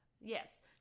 Yes